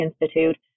Institute